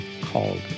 called